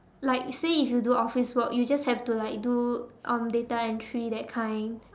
like say if you do office work you just have to like do um data entry that kind